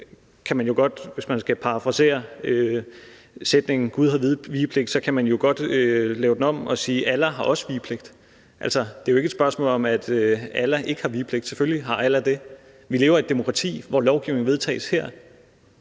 hvis man skal parafrasere sætningen Gud har vigepligt, lave den om og sige: Allah har også vigepligt. Altså, det er jo ikke et spørgsmål om, at Allah ikke har vigepligt. Selvfølgelig har Allah det. Vi lever i et demokrati, hvor lovgivning vedtages her,